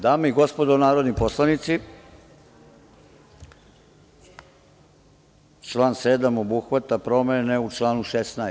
Dame i gospodo narodni poslanici, član 7. obuhvata promene u članu 16.